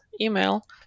email